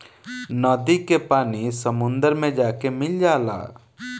नदी के पानी समुंदर मे जाके मिल जाला